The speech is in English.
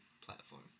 platform